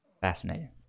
Fascinating